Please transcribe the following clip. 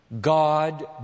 God